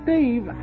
Dave